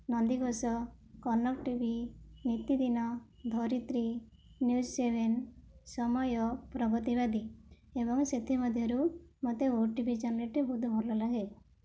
Nandighosh Kanak T V Nitidina Dharitri news seven Samaya Pragativadi ଏବଂ ସେଥିମଧ୍ୟରୁ ମୋତେ ଓ ଟି ଭି ଚ୍ୟାନେଲ୍ଟି ବହୁତ ଭଲ ଲାଗେ